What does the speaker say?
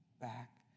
back